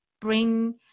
bring